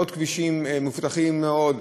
עוד כבישים מפותחים מאוד,